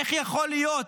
איך יכול להיות